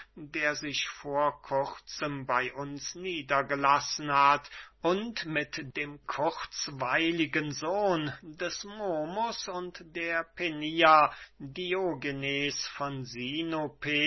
der sich vor kurzem bey uns niedergelassen hat und mit dem kurzweiligen sohn des momus und der penia diogenes von